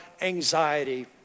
anxiety